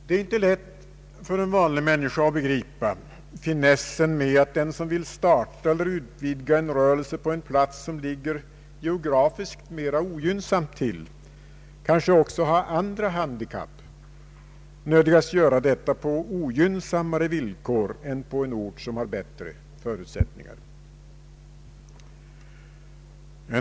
Det är inte lätt för en vanlig människa att begripa finessen med att den som vill starta eller utvidga en rörelse på en plats, som ligger geografiskt mera ogynnsamt till och kanske också har andra han dikapp, nödgas göra detta på ogynnsammare villkor än på en ort som har bättre förutsättningar.